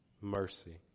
mercy